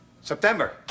September